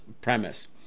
premise